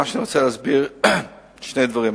אני רוצה להסביר שני דברים.